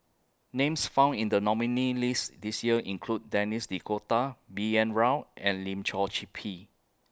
Names found in The nominees' list This Year include Denis D'Cotta B N Rao and Lim Chor Pee